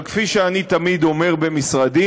אבל כפי שאני תמיד אומר במשרדי,